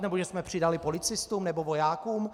Nebo že jsme přidali policistům nebo vojákům?